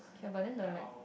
can but then the leg